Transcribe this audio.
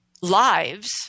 lives